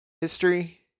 history